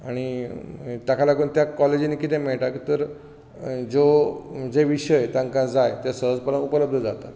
आनी ताका लागून त्या कॉलेजिनी कितें मेळटा तर ज्यो जे विशय तांकां जाय ते सहजपणान उपलब्द जातात